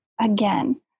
again